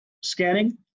scanning